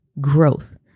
growth